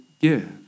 give